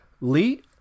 Lee